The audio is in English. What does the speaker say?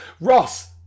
Ross